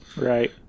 Right